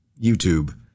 YouTube